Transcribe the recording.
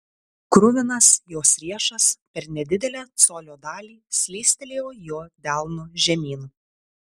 kruvinas jos riešas per nedidelę colio dalį slystelėjo jo delnu žemyn